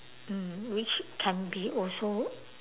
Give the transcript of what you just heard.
mm which can be also